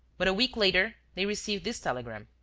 but, a week later, they received this telegram